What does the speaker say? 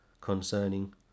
concerning